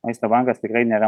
maisto bankas tikrai nėra